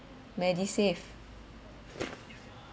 medisave